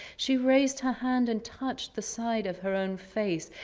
she raised her hand and touched the side of her own face.